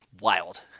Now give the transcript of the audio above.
Wild